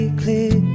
clear